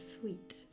sweet